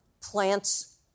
plants